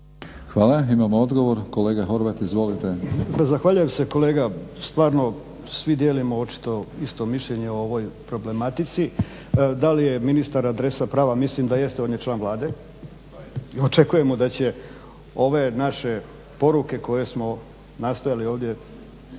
Hvala. Imamo odgovor kolega Horvat. Izvolite. **Horvat, Mile (SDSS)** Zahvaljujem se kolega, stvarno svi dijelimo očito isto mišljenje o ovoj problematici. Da li je ministar adresa prava, mislim da jeste, on je član Vlade i očekujemo da će ove naše poruke koje smo nastojali ovdje